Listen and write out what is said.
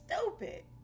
Stupid